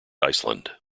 iceland